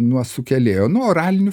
nuo sukėlėjo nu oraliniu